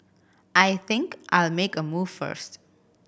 I think I'll make a move first